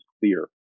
Clear